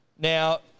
Now